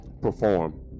perform